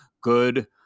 good